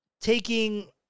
taking